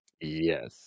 Yes